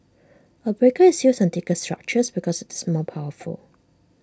A breaker is used on thicker structures because IT is more powerful